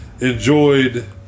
enjoyed